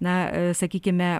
na sakykime